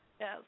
Yes